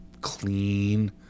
clean